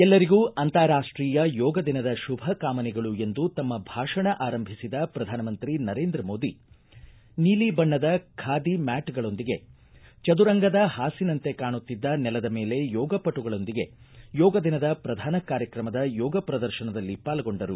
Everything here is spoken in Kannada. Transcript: ಎಲ್ಲರಿಗೂ ಅಂತಾರಾಷ್ಟೀಯ ಯೋಗ ದಿನದ ಶುಭ ಕಾಮನೆಗಳು ಎಂದು ತಮ್ಮ ಭಾಷಣ ಆರಂಭಿಸಿದ ಪ್ರಧಾನಮಂತ್ರಿ ನರೇಂದ್ರ ಮೋದಿ ನೀಲಿ ಬಣ್ಣದ ಖಾದಿ ಮ್ಯಾಟ್ಗಳೊಂದಿಗೆ ಚದುರಂಗದ ಹಾಸಿನಂತೆ ಕಾಣುತ್ತಿದ್ದ ನೆಲದ ಮೇಲೆ ಯೋಗಪಟುಗಳೊಂದಿಗೆ ಯೋಗ ದಿನದ ಪ್ರಧಾನ ಕಾರ್ಯಕ್ರಮದ ಯೋಗ ಪ್ರದರ್ಶನದಲ್ಲಿ ಪಾಲ್ಗೊಂಡರು